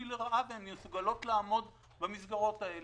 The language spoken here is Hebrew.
לרעה ושהחברות מסוגלות לעמוד במסגרות האלה.